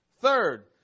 Third